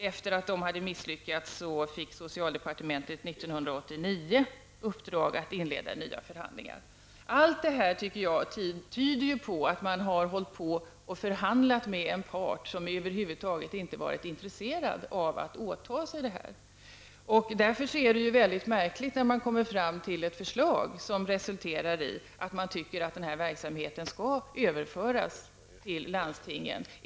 Efter att det hade misslyckats fick socialdepartementet 1989 uppdrag att inleda nya förhandlingar. Allt detta tycker jag tyder på att man har hållit på och förhandlat med en part som över huvud taget inte har varit intresserad av att åta sig det här. Det är därför litet märkligt att man kommer fram till ett förslag om att verksamheten skall överföras till landstingen.